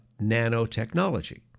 nanotechnology